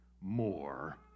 more